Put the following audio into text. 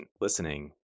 listening